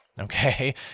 Okay